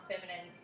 feminine